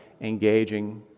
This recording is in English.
engaging